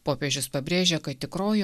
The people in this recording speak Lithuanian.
popiežius pabrėžia kad tikroji